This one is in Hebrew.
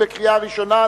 בקריאה ראשונה.